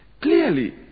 clearly